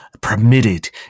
permitted